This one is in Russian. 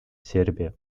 сербия